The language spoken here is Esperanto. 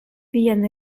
vian